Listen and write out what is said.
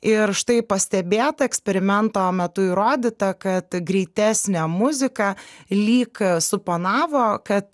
ir štai pastebėta eksperimento metu įrodyta kad greitesnė muzika lyg suponavo kad